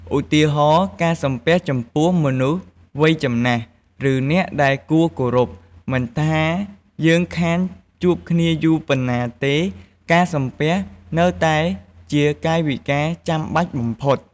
ឧទាហរណ៍ ការសំពះចំពោះមនុស្សវ័យចំណាស់ ឬអ្នកដែលគួរគោរព មិនថាយើងខានជួបគ្នាយូរប៉ុណ្ណាទេ ការសំពះ នៅតែជាកាយវិការចាំបាច់បំផុត។